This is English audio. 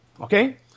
Okay